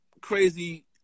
crazy